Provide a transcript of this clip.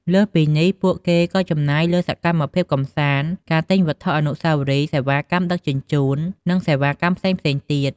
លើសពីនេះ ពួកគេក៏ចំណាយលើសកម្មភាពកម្សាន្ត ការទិញវត្ថុអនុស្សាវរីយ៍ សេវាកម្មដឹកជញ្ជូន និងសេវាកម្មផ្សេងៗទៀត។